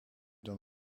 dan